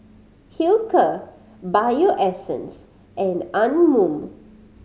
Hilker Bio Essence and Anmum